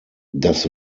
das